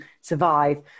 survive